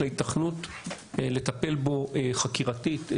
יש לה היתכנות לטפל בו חקירתית,